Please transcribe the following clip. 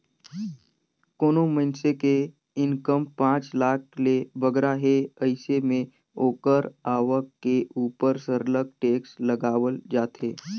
कोनो मइनसे के इनकम पांच लाख ले बगरा हे अइसे में ओकर आवक के उपर सरलग टेक्स लगावल जाथे